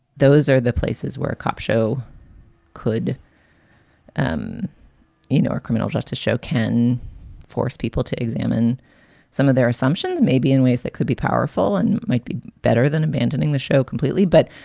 those are the places where a cop show could um you in know our criminal justice show, can force people to examine some of their assumptions, maybe in ways that could be powerful and might be better than abandoning the show completely. but,